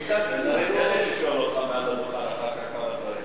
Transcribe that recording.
תן לי לשאול אותך מעל הדוכן אחר כך כמה דברים.